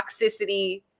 toxicity